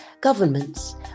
governments